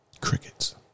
Crickets